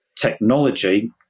technology